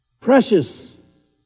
Precious